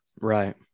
right